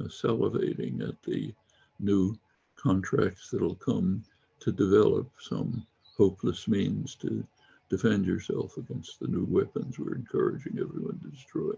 um salivating at the new contracts that will come to develop some hopeless means to defend yourself yourself against the new weapons. we're encouraging everyone to destroy.